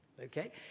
Okay